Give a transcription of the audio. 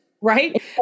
right